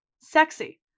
sexy